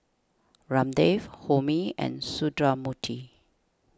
Ramdev Homi and Sundramoorthy